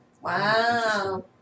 Wow